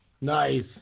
nice